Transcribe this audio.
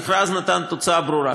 המכרז נתן תוצאה ברורה,